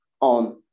on